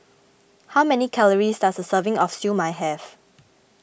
how many calories does a serving of Siew Mai have